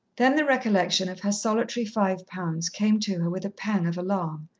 then the recollection of her solitary five pounds came to her with a pang of alarm.